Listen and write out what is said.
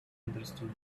understood